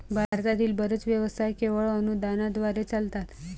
भारतातील बरेच व्यवसाय केवळ अनुदानाद्वारे चालतात